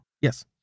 Yes